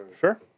Sure